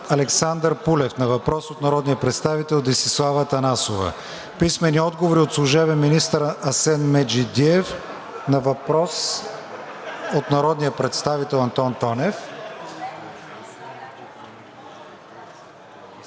Александър Пулев на въпрос от народния представител Десислава Атанасова; - служебния министър Асен Меджидиев на въпрос от народния представител Антон Тонев…